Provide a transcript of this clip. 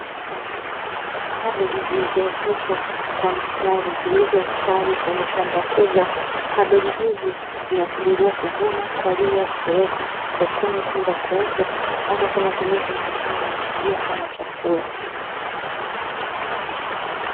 Kabeji zilizooteshwa kwa mstari, zilizostawi kwenye shamba kubwa, kabeji hizi zinasubiriwa kuvunwa kwa ajili ya kupelekwa sokoni kwenda kuuzwa hata kwa matumizi ya nyumbani ya kuliwa kama chakula.